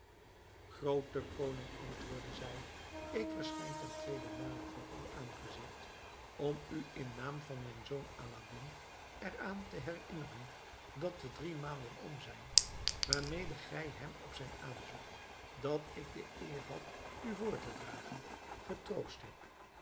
groote koning antwoordde zij ik verschijn ten tweeden male voor uw aangezicht om u in naam van mijn zoon aladdin er aan te herinneren dat de drie maanden om zijn waarmee gij hem op zijn aanzoek dat ik de eer had u voor te dragen getroost hebt